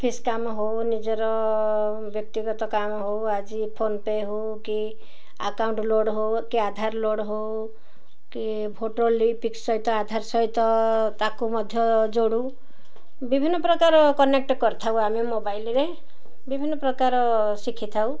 office କାମ ହଉ ନିଜର ବ୍ୟକ୍ତିଗତ କାମ ହଉ ଆଜି ଫୋନ ପେ ହଉ କି ଆକାଉଣ୍ଟ ଲୋଡ଼୍ ହଉ କି ଆଧାର ଲୋଡ଼୍ ହଉ କି ଭୋଟର୍ ସହିତ ଆଧାର ସହିତ ତାକୁ ମଧ୍ୟ ଯୋଡ଼ୁ ବିଭିନ୍ନ ପ୍ରକାର କନେକ୍ଟ କରିଥାଉ ଆମେ ମୋବାଇଲରେ ବିଭିନ୍ନ ପ୍ରକାର ଶିଖିଥାଉ